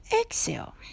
exhale